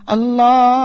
Allah